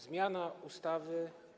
Zmiana ustaw.